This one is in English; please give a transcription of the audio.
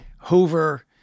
Hoover